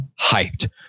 hyped